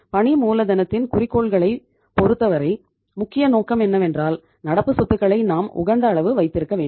பணி மூலதனத்தின் குறிக்கோள்களைப் பொறுத்தவரை முக்கிய நோக்கம் என்னவென்றால் நடப்பு சொத்துக்களை நாம் உகந்த அளவு வைத்திருக்க வேண்டும்